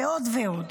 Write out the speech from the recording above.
ועוד ועוד.